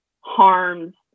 harms